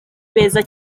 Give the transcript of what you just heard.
beza